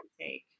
take